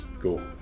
cool